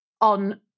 on